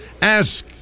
Ask